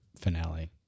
finale